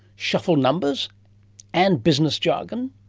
shuffle numbers and business jargon?